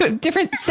different